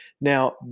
Now